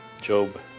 Job